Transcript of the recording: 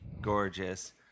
gorgeous